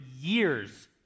years